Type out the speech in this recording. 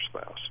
spouse